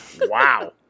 Wow